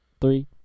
Three